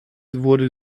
wurde